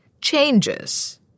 changes